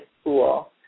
school